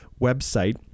website